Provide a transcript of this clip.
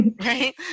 right